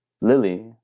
Lily